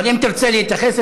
אבל אם תרצה להתייחס,